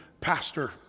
pastor